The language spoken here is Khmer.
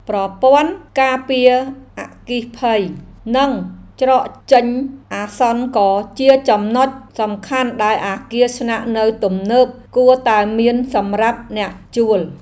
ប្រព័ន្ធការពារអគ្គិភ័យ និងច្រកចេញអាសន្នក៏ជាចំណុចសំខាន់ដែលអគារស្នាក់នៅទំនើបគួរតែមានសម្រាប់អ្នកជួល។